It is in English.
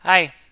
Hi